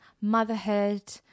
motherhood